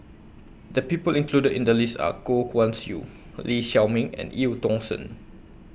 The People included in The list Are Goh Guan Siew Lee Shao Meng and EU Tong Sen